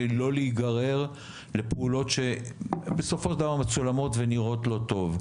לא להיגרר לפעולות שבסופו של דבר מצולמות ונראות לא טוב.